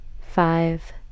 Five